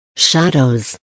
shadows